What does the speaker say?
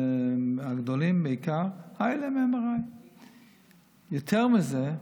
הגדולים בעיקר, שהיה להם MRI. יותר מזה,